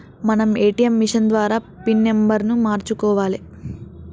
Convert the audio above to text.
మనం ATM machine ద్వారా pin నెంబర్ను మార్చుకోవాలే